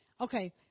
okay